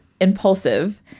impulsive